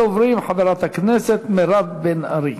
ראשונת הדוברים, חברת הכנסת מירב בן ארי.